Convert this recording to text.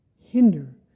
hinder